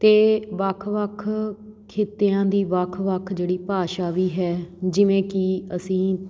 ਅਤੇ ਵੱਖ ਵੱਖ ਖਿੱਤਿਆਂ ਦੀ ਵੱਖ ਵੱਖ ਜਿਹੜੀ ਭਾਸ਼ਾ ਵੀ ਹੈ ਜਿਵੇਂ ਕਿ ਅਸੀਂ